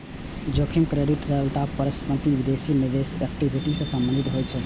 जोखिम क्रेडिट, तरलता, परिसंपत्ति, विदेशी निवेश, इक्विटी सं संबंधित होइ छै